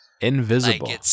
Invisible